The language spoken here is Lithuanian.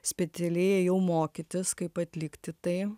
specialiai ėjau mokytis kaip atlikti tai